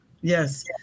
Yes